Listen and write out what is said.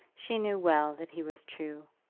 she knew well that he was true.